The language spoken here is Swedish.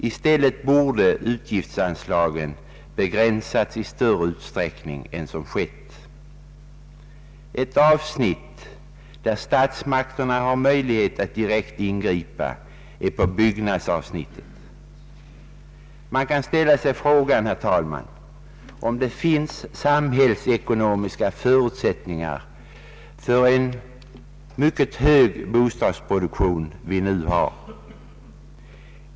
I stället borde utgiftsanslagen ha begränsats i större utsträckning än som skett. Ett avsnitt där statsmakterna har möjlighet att direkt ingripa är byggnadsavsnittet. Man kan ställa sig frågan, herr talman, om det finns samhällsekonomiska förutsättningar för den mycket höga bostadsproduktion vi nu har.